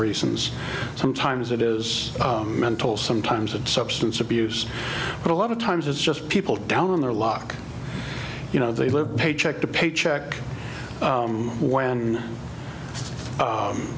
reasons sometimes it is mental sometimes it's substance abuse but a lot of times it's just people down on their luck you know they live paycheck to paycheck when